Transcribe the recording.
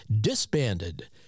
disbanded